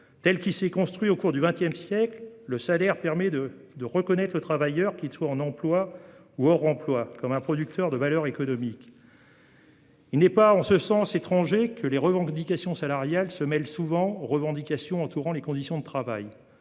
Tel qu'il s'est construit au cours du XX siècle, le salaire permet de reconnaître le travailleur, qu'il soit en emploi ou hors emploi, comme un producteur de valeur économique. Il n'est pas étonnant, en ce sens, que les revendications salariales se mêlent souvent aux revendications entourant les conditions de travail.